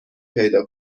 پیدا